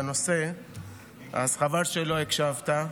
חבל שלא הקשבת,